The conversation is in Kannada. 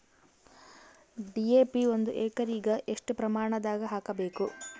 ಡಿ.ಎ.ಪಿ ಒಂದು ಎಕರಿಗ ಎಷ್ಟ ಪ್ರಮಾಣದಾಗ ಹಾಕಬೇಕು?